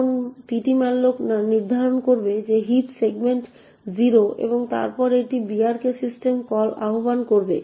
এখন ptmalloc নির্ধারণ করবে যে হিপ সেগমেন্ট 0 এবং তারপর এটি brk সিস্টেম কল আহ্বান করবে